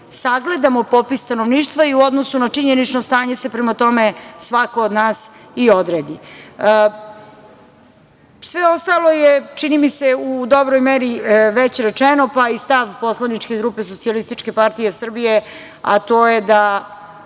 sagledamo popis stanovništva i u odnosu na činjenično stanje se prema tome svako od nas i odredi. Sve ostalo je, čini mi se, u dobroj meri već rečeno, pa i stav poslaničke grupe Socijalističke partije Srbije, a to je da